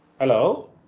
Hello